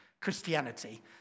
Christianity